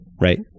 right